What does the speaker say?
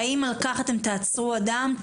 והאם על כך אתם תעצרו אדם,